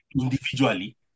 individually